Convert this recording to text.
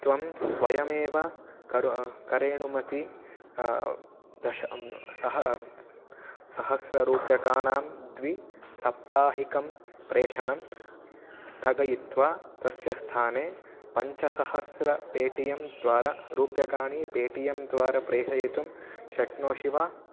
त्वं स्वयमेव करोतु करेणुमतिः दश सः सहस्ररूप्यकाणां द्विसाप्ताहिकं प्रेषणं स्थगयित्वा तस्य स्थाने पञ्चसहस्रं पे टी एम् द्वारा रूप्यकाणि पे टी एम् द्वारा प्रेषयतुं शक्नोषि वा